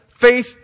faith